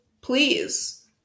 please